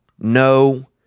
No